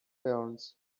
ferns